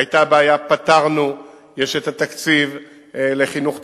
היתה בעיה, פתרנו, יש תקציב לחינוך תעבורתי,